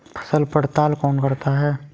फसल पड़ताल कौन करता है?